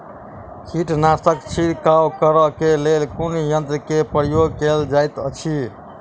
कीटनासक छिड़काव करे केँ लेल कुन यंत्र केँ प्रयोग कैल जाइत अछि?